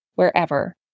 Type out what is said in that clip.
wherever